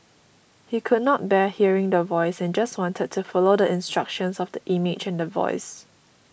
he could not bear hearing the Voice and just wanted to follow the instructions of the image and the voice